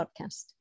podcast